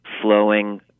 flowing